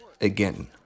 again